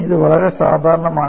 ഇത് വളരെ സാധാരണമാണ്